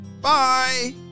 Bye